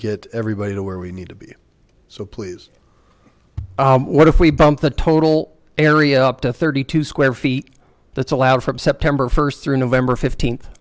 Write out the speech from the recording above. everybody to where we need to be so please what if we bump the total area up to thirty two square feet that's allowed from september first through november fifteenth